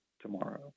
tomorrow